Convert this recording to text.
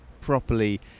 properly